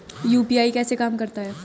UPI कैसे काम करता है?